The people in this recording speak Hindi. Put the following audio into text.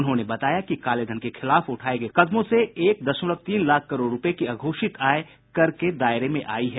उन्होंने बताया कि कालेधन के खिलाफ उठाये गये कदमों से एक दशमलव तीन लाख करोड़ रुपये की अघोषित आय कर के दायरे में आ गयी है